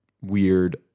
weird